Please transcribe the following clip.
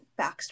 backstory